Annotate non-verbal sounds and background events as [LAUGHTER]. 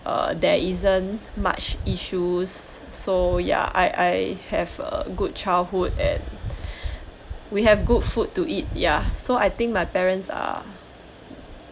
uh there isn't much issues so ya I I have a good childhood and [BREATH] we have good food to eat ya so I think my parents are